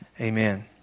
amen